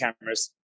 cameras